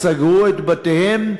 סגרו את בתיהם,